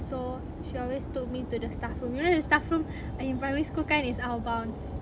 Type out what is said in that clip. so she always took me to the staff room you know the staff room in primary school kan is out of bounds